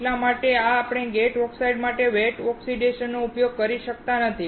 એટલા માટે આપણે ગેટ ઓક્સાઇડ માટે વેટ ઓક્સિડેશનનો ઉપયોગ કરી શકતા નથી